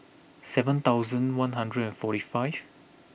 seven thousand one hundred and forty five